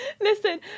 listen